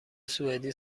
سوئدی